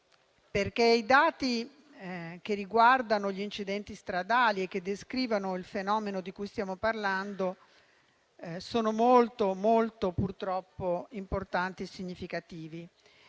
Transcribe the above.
perché i dati che riguardano gli incidenti stradali e che descrivono il fenomeno di cui stiamo parlando sono purtroppo molto importanti e significativi.